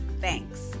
Thanks